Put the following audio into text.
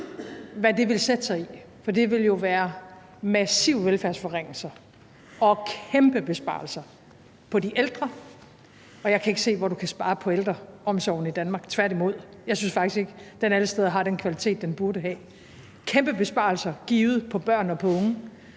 det ville jo betyde massive velfærdsforringelser og kæmpe besparelser på de ældre, og jeg kan ikke se, hvor du kan spare på ældreomsorgen i Danmark, tværtimod. Jeg synes faktisk ikke, at den alle steder har den kvalitet, den burde have. Det ville givet betyde kæmpe